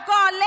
God